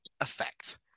effect